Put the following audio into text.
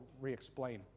re-explain